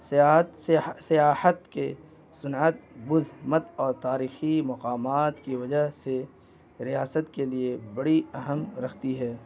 سیاحت سیاحت کے صنعت بدھ مت اور تاریخی مقامات کی وجہ سے ریاست کے لیے بڑی اہم رختی ہے